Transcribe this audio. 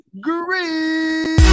Green